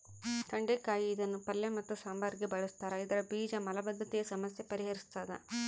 ತೊಂಡೆಕಾಯಿ ಇದನ್ನು ಪಲ್ಯ ಮತ್ತು ಸಾಂಬಾರಿಗೆ ಬಳುಸ್ತಾರ ಇದರ ಬೀಜ ಮಲಬದ್ಧತೆಯ ಸಮಸ್ಯೆ ಪರಿಹರಿಸ್ತಾದ